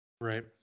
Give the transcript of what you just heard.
right